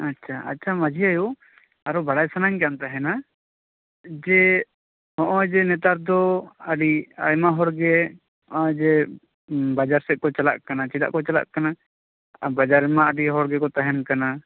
ᱟᱪᱪᱷᱟ ᱟᱪᱪᱷᱟ ᱢᱟᱺᱡᱷᱤ ᱟᱭᱳ ᱟᱨᱦᱚᱸ ᱵᱟᱲᱟᱭ ᱥᱟᱱᱟᱧ ᱠᱟᱱ ᱛᱟᱦᱮᱸᱱᱟ ᱡᱮ ᱱᱚᱜ ᱚᱭ ᱡᱮ ᱱᱮᱛᱟᱨ ᱫᱚ ᱟᱹᱰᱤ ᱟᱭᱢᱟ ᱦᱚᱲᱜᱮ ᱱᱚᱜᱚᱭ ᱡᱮ ᱵᱟᱡᱟᱨ ᱥᱮᱫ ᱠᱚ ᱪᱟᱞᱟᱜ ᱠᱟᱱᱟ ᱪᱮᱫᱟᱜ ᱠᱚ ᱪᱟᱞᱟᱜ ᱠᱟᱱᱟ ᱵᱟᱡᱟᱨ ᱨᱮᱢᱟ ᱟᱹᱰᱤ ᱦᱚᱲ ᱜᱮᱠᱚ ᱛᱟᱦᱮᱱ ᱠᱟᱱᱟ